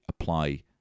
apply